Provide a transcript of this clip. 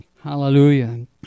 Hallelujah